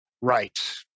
Right